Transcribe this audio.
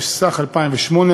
התשס"ח 2008,